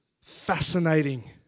fascinating